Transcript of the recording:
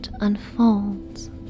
unfolds